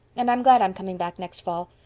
and i'm glad i'm coming back next fall.